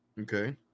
Okay